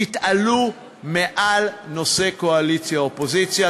תתעלו מעל נושא קואליציה אופוזיציה.